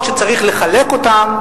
דירות שצריך לחלק אותן,